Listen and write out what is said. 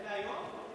אלה היום?